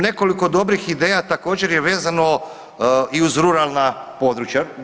Nekoliko dobrih ideja također je vezano i uz ruralna područja.